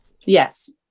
Yes